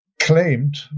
claimed